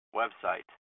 website